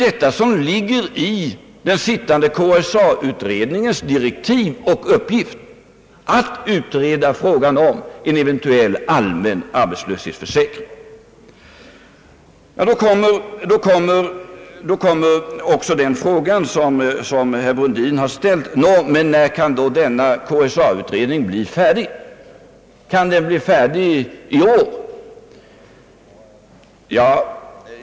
Enligt den sittande KSA-utredningens = direktiv skall frågan om en eventuell allmän arbetslöshetsförsäkring utredas. Då kommer också den fråga upp, som herr Brundin ställde: När kan KSA-utredningen bli färdig? Kan den bli färdig i år?